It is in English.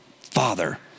father